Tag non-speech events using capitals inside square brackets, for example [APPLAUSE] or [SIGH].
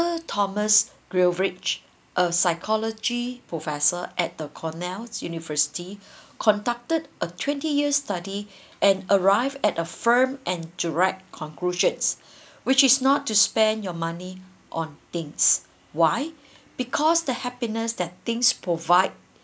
thomas gilovich a psychology professor at the cornell university [BREATH] conducted a twenty years study and arrive at a firm and direct conclusions [BREATH] which is not to spend your money on things why because the happiness that things provide